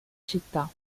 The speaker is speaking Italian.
città